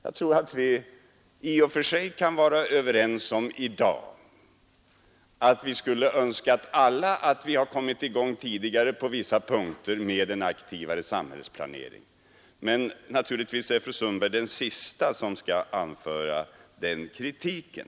Jag tror att vi i och för sig alla kan vara överens om i dag att vi skulle önska att vi kommit i gång tidigare på vissa punkter med en aktivare samhällsplanering, men naturligtvis är fru Sundberg den sista som skall anföra den kritiken.